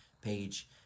page